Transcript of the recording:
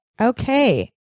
Okay